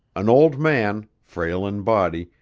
an old man, frail in body,